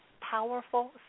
powerful